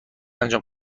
انجام